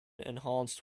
enhanced